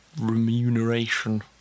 remuneration